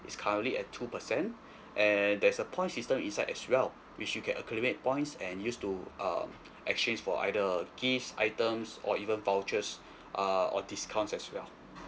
is currently at two percent and there's a point system inside as well which you can accumulate points and use to uh exchange for either a gift items or even vouchers uh or discounts as well